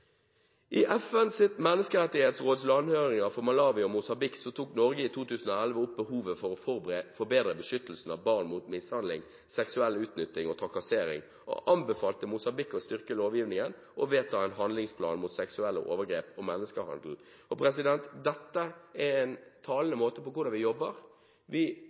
I FNs menneskerettighetsråds landhøringer for Malawi og Mosambik tok Norge i 2011 opp behovet for å forbedre beskyttelsen av barn mot mishandling, seksuell utnytting og trakassering og anbefalte Mosambik å styrke lovgivningen og vedta en handlingsplan mot seksuelle overgrep og menneskehandel. Dette er talende for hvordan vi jobber. Vi